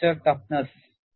fracture toughness